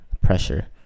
Pressure